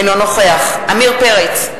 אינו נוכח עמיר פרץ,